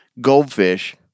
goldfish